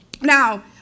Now